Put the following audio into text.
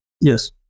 yes